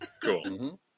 Cool